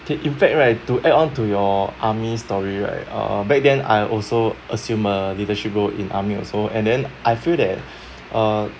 K in fact right to add on to your army story right uh back then I also assume a leadership role in army also and then I feel that uh